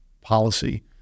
policy